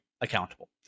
accountable